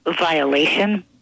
violation